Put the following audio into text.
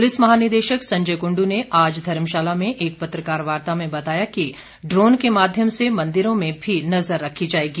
police महानिदेशक संजय कुंडू ने आज धर्मशाला में एक पत्रकार वार्ता में बताया कि ड्रोन के माध्यम से मंदिरों में भी नज़र रखी जाएगी